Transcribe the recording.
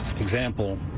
example